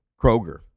Kroger